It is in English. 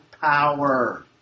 power